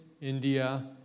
India